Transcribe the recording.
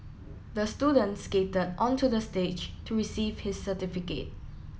the student skated onto the stage to receive his certificate